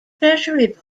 treasury